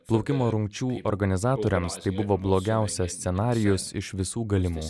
plaukimo rungčių organizatoriams tai buvo blogiausias scenarijus iš visų galimų